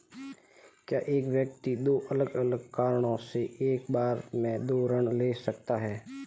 क्या एक व्यक्ति दो अलग अलग कारणों से एक बार में दो ऋण ले सकता है?